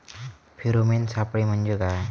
Pheromone सापळे म्हंजे काय?